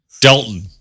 Dalton